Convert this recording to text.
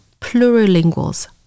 plurilinguals